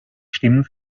stimmen